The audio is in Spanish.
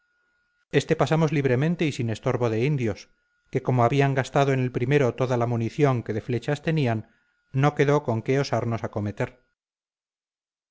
éste pasamos libremente y sin estorbo de indios que como habían gastado en el primero toda la munición que de flechas tenían no quedó con qué osarnos acometer